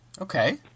Okay